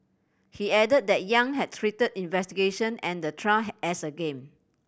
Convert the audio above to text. he added that Yang had treated investigation and the trial as a game